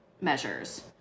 measures